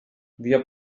wir